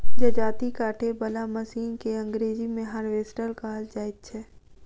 जजाती काटय बला मशीन के अंग्रेजी मे हार्वेस्टर कहल जाइत छै